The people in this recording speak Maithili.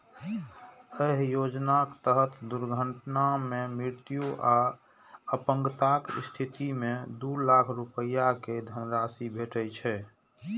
एहि योजनाक तहत दुर्घटना मे मृत्यु आ अपंगताक स्थिति मे दू लाख रुपैया के धनराशि भेटै छै